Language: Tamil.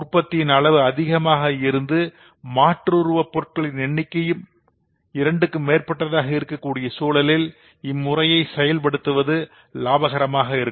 உற்பத்தியின்அளவு அதிகமாக இருந்து மாற்றுருவப் பொருட்களின் எண்ணிக்கையும் இரண்டுக்கும் மேற்பட்டதாக இருக்கக் கூடிய சூழலில் இம்முறையை செயல்படுத்துவது லாபகரமாக இருக்கும்